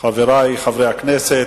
חברי חברי הכנסת,